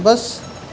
بس